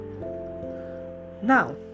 Now